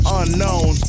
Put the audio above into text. unknown